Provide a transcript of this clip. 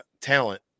talent